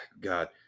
God